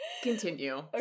Continue